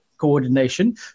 coordination